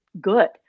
good